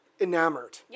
enamored